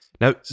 Now